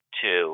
Two